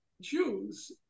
Jews